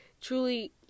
truly